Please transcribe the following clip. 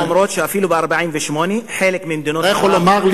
עובדות אחרות שאומרות שאפילו ב-48' חלק ממדינות ערב שתקפו,